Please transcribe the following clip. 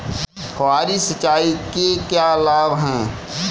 फुहारी सिंचाई के क्या लाभ हैं?